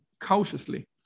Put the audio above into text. cautiously